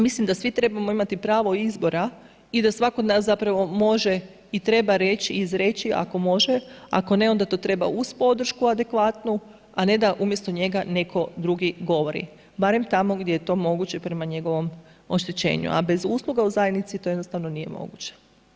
Mislim da svi trebamo imati pravo izbora i da svako od nas može i treba reći i izreći reći ako može, ako ne, onda to treba uz podršku adekvatnu a ne da umjesto njega neko drugi govori, barem tamo gdje je to moguće prema njegovom oštećenju a bez usluga u zajednici to jednostavno nije moguće.